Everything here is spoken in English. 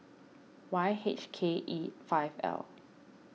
Y H K E five L